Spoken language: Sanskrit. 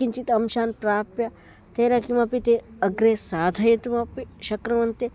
किञ्चित् अम्शान् प्राप्य तेन किमपि ते अग्रे साधयितुम् अपि शक्नुवन्ति